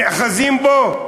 נאחזים בו?